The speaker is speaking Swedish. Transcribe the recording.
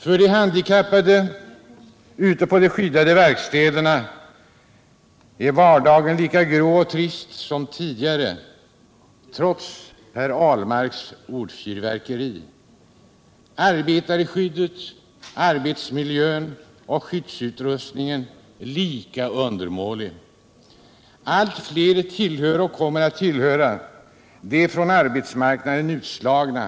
För de handikappade ute på de skyddade verkstäderna är vardagen lika grå och trist som tidigare — trots Per Ahlmarks ordfyrverkeri — och arbetarskyddet, arbetsmiljön och skyddsutrustningen lika undermåliga. Allt fler tillhör och kommer att tillhöra de från arbetsmarknaden utslagna.